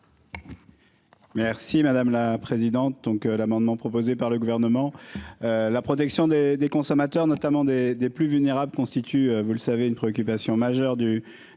Merci madame la présidente. Donc l'amendement proposé par le gouvernement. La protection des des consommateurs notamment des des plus vulnérables constitue, vous le savez, une préoccupation majeure du du gouvernement.